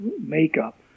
makeup